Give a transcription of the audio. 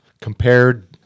Compared